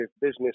business